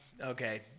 Okay